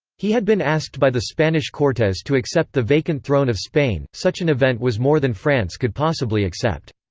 he had been asked by the spanish cortes to accept the vacant throne of spain such an event was more than france could possibly accept.